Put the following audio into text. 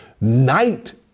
Night